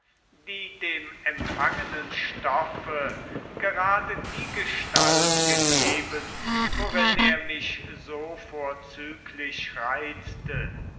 die dem empfangenen stoffe gerade die gestalt gegeben worin er mich so vorzüglich reizte